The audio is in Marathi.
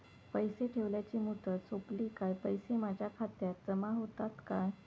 पैसे ठेवल्याची मुदत सोपली काय पैसे माझ्या खात्यात जमा होतात काय?